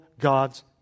God's